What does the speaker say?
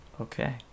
Okay